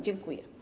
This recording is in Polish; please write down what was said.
Dziękuję.